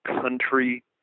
country